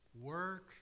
work